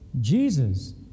Jesus